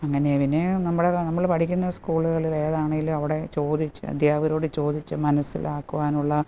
അങ്ങനെ പിന്നെ നമ്മൾ നമ്മൾ പഠിക്കുന്ന സ്കൂളുകളിലേതാണെങ്കിലും അവിടെ ചോദിച്ച് അദ്ധ്യാപകരോട് ചോദിച്ചു മനസ്സിലാക്കുവാനുള്ള